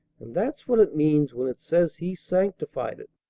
and that's what it means when it says he sanctified it.